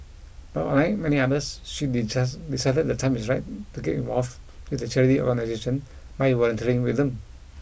but unlike many others she decided the time is ripe to get involved with the charity organisation by volunteering with them